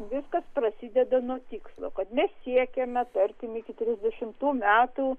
viskas prasideda nuo tikslo kad mes siekiame tarki iki trisdešimtų metų